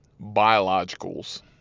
biologicals